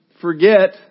forget